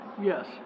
Yes